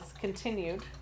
continued